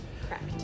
Correct